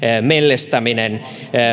mellestäminen